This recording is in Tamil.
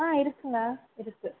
ஆ இருக்குங்க இருக்கு